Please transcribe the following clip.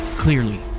Clearly